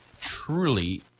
truly